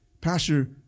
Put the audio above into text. Pastor